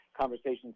conversations